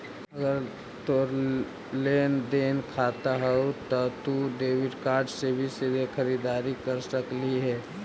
अगर तोर लेन देन खाता हउ त तू डेबिट कार्ड से भी सीधे खरीददारी कर सकलहिं हे